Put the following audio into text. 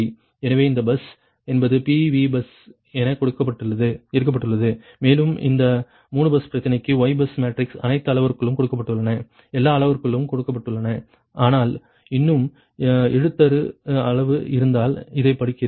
எனவே இந்த பஸ் என்பது PV பஸ் என எடுக்கப்பட்டுள்ளது மேலும் இந்த 3 பஸ் பிரச்சனைக்கு Y பஸ் மேட்ரிக்ஸ் அனைத்து அளவுருக்களும் கொடுக்கப்பட்டுள்ளன எல்லா அளவுருக்களும் கொடுக்கப்பட்டுள்ளன ஆனால் இன்னும் எழுத்துரு அளவு இருந்தால் இதைப் படிக்கிறேன்